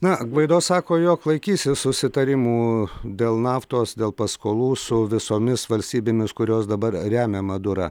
na gvaido sako jog laikysis susitarimų dėl naftos dėl paskolų su visomis valstybėmis kurios dabar remia madurą